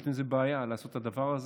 לעיתים זו בעיה לעשות את הדבר הזה.